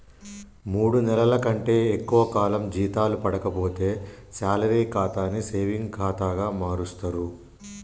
మూడు నెలల కంటే ఎక్కువ కాలం జీతాలు పడక పోతే శాలరీ ఖాతాని సేవింగ్ ఖాతా మారుస్తరు